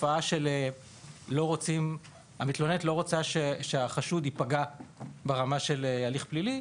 תופעה שהמתלוננת לא רוצה שהחשוד יפגע ברמה של הליך פלילי,